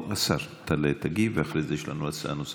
השר, תעלה ותגיב, ואחרי זה יש לנו דעה נוספת.